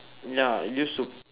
ya used to